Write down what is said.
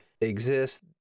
exist